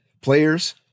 players